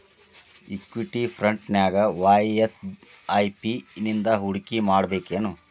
Equity ಫ್ರಂಟ್ನ್ಯಾಗ ವಾಯ SIP ನಿಂದಾ ಹೂಡ್ಕಿಮಾಡ್ಬೆಕೇನು?